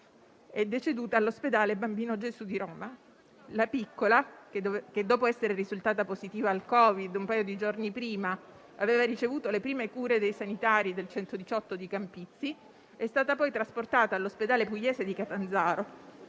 è deceduta all'ospedale Bambino Gesù di Roma. La piccola, che, dopo essere risultata positiva al Covid un paio di giorni prima, aveva ricevuto le prime cure dai sanitari del 118 di Campizzi, è stata poi trasportata all'ospedale Pugliese Ciaccio di Catanzaro